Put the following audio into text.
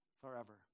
forever